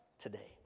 today